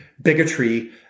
bigotry